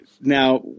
Now